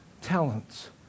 talents